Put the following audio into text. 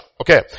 Okay